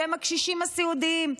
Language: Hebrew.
שהם הקשישים הסיעודיים.